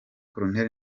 col